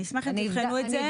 אני אשמח אם תבחנו את זה.